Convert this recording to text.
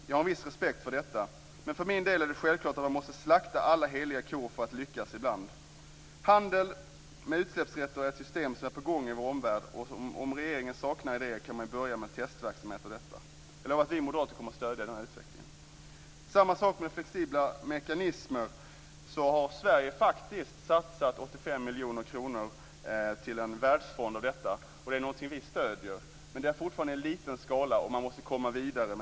Jag har en viss respekt för detta. Men för min del är det självklart att man måste slakta alla heliga kor för att lyckas ibland. Handel med utsläppsrätter är ett system som är på gång i vår omvärld, och om regeringen saknar idéer kan regeringen börja med en testverksamhet av detta. Jag lovar att vi moderater kommer att stödja en sådan utveckling. Samma sak gäller flexibla mekanismer. Sverige har faktiskt satsat 85 miljoner kronor till en världsfond. Det är någonting vi stöder. Detta är fortfarande i en liten skala, och man måste gå vidare.